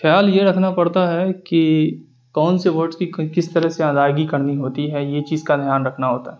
خیال یہ رکھنا پڑتا ہے کہ کون سے ورڈس کی کس طرح سے ادائیگی کرنی ہوتی ہے یہ چیز کا دھیان رکھنا ہوتا ہے